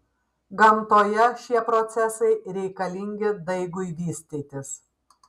gamtoje šie procesai reikalingi daigui vystytis